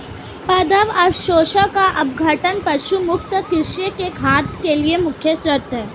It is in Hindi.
पादप अवशेषों का अपघटन पशु मुक्त कृषि में खाद के लिए मुख्य शर्त है